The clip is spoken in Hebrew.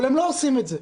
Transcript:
אבל הם לא עושים את זה.